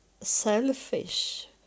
selfish